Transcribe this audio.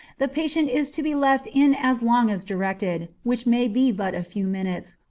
the patient is to be left in as long as directed, which may be but a few minutes,